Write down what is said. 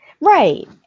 Right